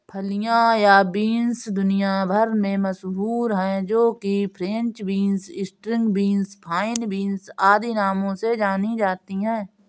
फलियां या बींस दुनिया भर में मशहूर है जो कि French beans, string beans, fine beans आदि नामों से जानी जाती है